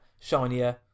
shinier